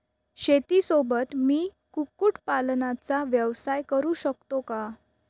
शेतीसोबत मी कुक्कुटपालनाचा व्यवसाय करु शकतो का?